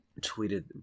tweeted